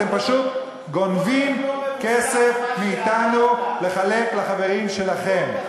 אתם פשוט גונבים כסף מאתנו לחלק לחברים שלכם.